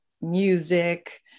music